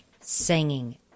singing